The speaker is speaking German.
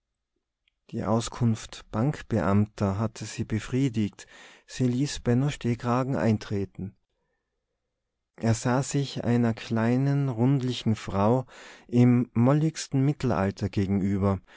die auskunft bankbeamter hatte sie befriedigt sie ließ benno stehkragen eintreten er sah sich einer kleinen rundlichen frau im molligsten mittelalter gegenüber